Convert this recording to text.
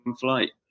flight